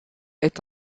est